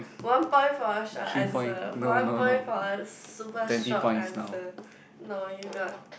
one point for a short answer one point for a super short answer no you got